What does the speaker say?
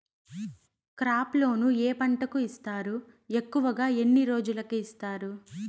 crop loan ఏ పంటలకు ఇస్తారు ఎక్కువగా ఎన్ని రోజులకి ఇస్తారు